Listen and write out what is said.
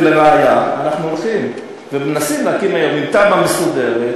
ולראיה: אנחנו הולכים ומנסים להקים היום עם תב"ע מסודרת,